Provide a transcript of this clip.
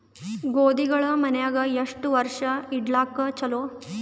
ಗೋಧಿಗಳು ಮನ್ಯಾಗ ಎಷ್ಟು ವರ್ಷ ಇಡಲಾಕ ಚಲೋ?